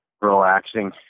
relaxing